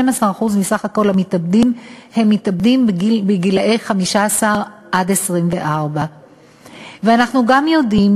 12% מסך כל המתאבדים הם בגילי 15 24. אנחנו גם יודעים